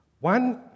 one